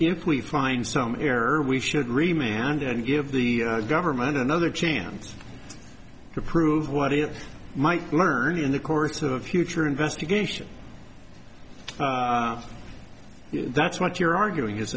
if we find some error we should remain and give the government another chance to prove what he might learn in the course of a future investigation that's what you're arguing is